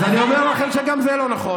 אז מה הבעיה, אז אני אומר לכם שגם זה לא נכון.